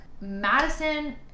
Madison